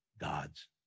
God's